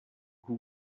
who